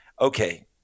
okay